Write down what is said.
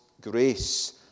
grace